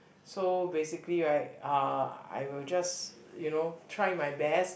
so basically right uh I will just you know try my best